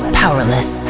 powerless